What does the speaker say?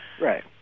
Right